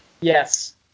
Yes